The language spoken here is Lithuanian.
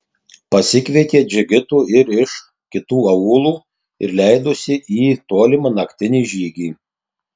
pasikvietė džigitų ir iš kitų aūlų ir leidosi į tolimą naktinį žygį